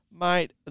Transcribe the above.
Mate